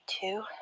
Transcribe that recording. two